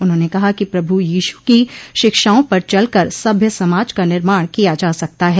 उन्होने कहा कि प्रभू यीशू की शिक्षाओं पर चलकर सभ्य समाज का निर्माण किया जा सकता है